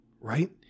right